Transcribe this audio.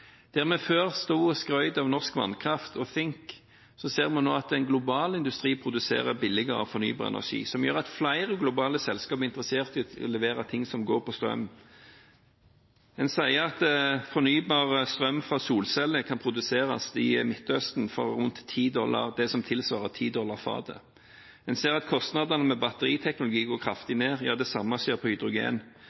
Der vi før sto og skrøt av norsk vannkraft og Think, ser vi nå at den globale industrien produserer billigere fornybar energi, som gjør at flere globale selskap er interessert i å levere ting som går på strøm. Man sier at fornybar strøm fra solceller kan produseres i Midtøsten for det som tilsvarer rundt 10 dollar fatet. Man ser at kostnadene med batteriteknologi går kraftig ned. Ja, det samme skjer når det gjelder hydrogen.